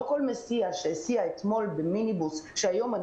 לא לכל מסיע שהסיע אתמול תלמידים במיניבוס - היום אני